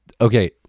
okay